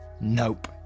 Nope